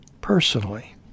personally